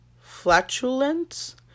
flatulence